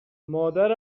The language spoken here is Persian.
مادر